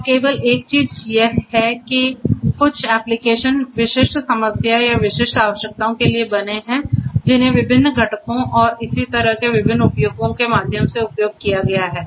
और केवल एक चीज यह है कि कुछ एप्लिकेशन विशिष्ट समस्या या विशिष्ट आवश्यकताओं के लिए बने हैं जिन्हें विभिन्न घटकों और इसी तरह के विभिन्न उपयोगों के माध्यम से उपयोग किया गया है